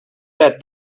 that